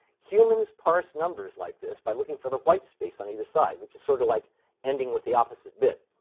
humans parse numbers like this by looking for the white space on either side, which is sort of like ending with the opposite bit.